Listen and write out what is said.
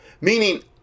Meaning